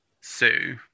Sue